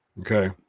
okay